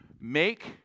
make